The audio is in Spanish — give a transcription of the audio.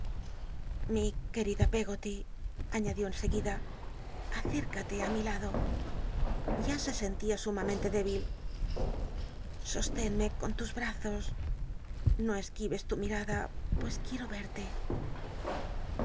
qum ida peggoty añadió en seguida acércate í nli lado ya se scntia sumamente débil soslénme con tus brazos no esquivas tu mirada pues qu iero